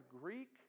Greek